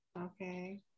okay